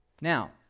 Now